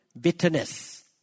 bitterness